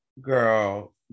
Girl